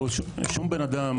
שום בן אדם